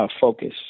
focus